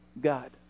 God